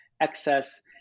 excess